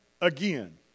again